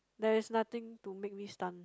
there is nothing to make me stun